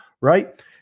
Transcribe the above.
right